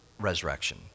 resurrection